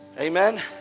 Amen